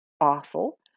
awful